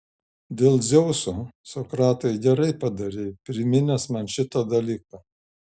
dėl dzeuso sokratai gerai padarei priminęs man šitą dalyką